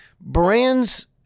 brands